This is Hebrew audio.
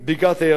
גוש-עציון,